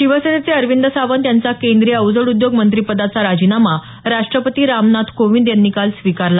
शिवसेनेचे अरविंद सावंत यांचा केंद्रीय अवजड उद्योग मंत्रिपदाचा राजीनामा राष्टपती रामनाथ कोविंद यांनी काल स्वीकारला